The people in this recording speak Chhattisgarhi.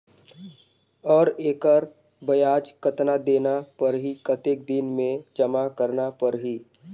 और एकर ब्याज कतना देना परही कतेक दिन मे जमा करना परही??